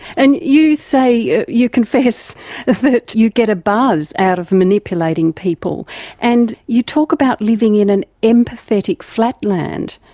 and you say, you you confess that you get a buzz out of manipulating people and you talk about living in an empathetic flatland.